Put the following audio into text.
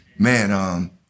man